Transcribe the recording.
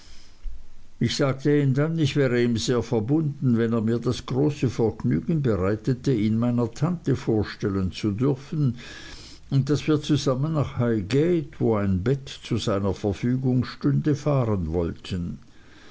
ich sagte ihm dann ich wäre ihm sehr verbunden wenn er mir das große vergnügen bereitete ihn meiner tante vorstellen zu dürfen und daß wir zusammen nach highgate wo ein bett zu seiner verfügung stünde fahren wollten